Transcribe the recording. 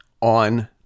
on